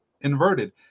inverted